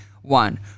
one